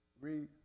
Read